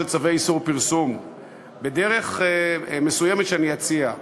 צווי איסור פרסום בדרך מסוימת שאני אציע.